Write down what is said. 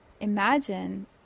imagine